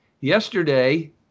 yesterday